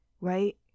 Right